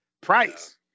price